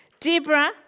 Deborah